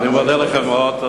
אני מודה לך מאוד.